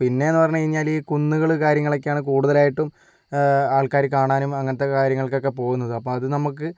പിന്നെന്ന് പറഞ്ഞു കഴിഞ്ഞാല് ഈ കുന്നുകൾ കാര്യങ്ങളൊക്കെ ആണ് കൂടുതലായിട്ടും ആൾക്കാര് കാണാനും അങ്ങനെ കാര്യങ്ങളൊക്കെ പോകുന്നത് അപ്പോൾ അത് നമുക്ക്